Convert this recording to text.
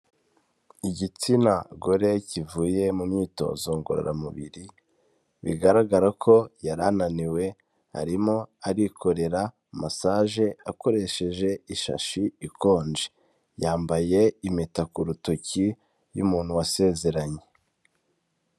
Igitsina gore kivuye mu myitozo ngororamubiri, bigaragara ko yari ananiwe, arimo arikorera masaje akoresheje ishashi ikonje, yambaye impeta ku rutoki y'umuntu wasezeranye.